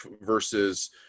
versus